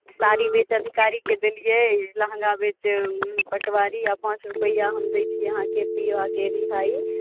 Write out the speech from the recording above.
गाड़ी बेचि अधिकारीके देलियै लहँगा बेचि पटवारी आ पाँच रुपैआ हम दैत छी अहाँके पियाके रिहाइ